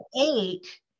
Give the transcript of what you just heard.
eight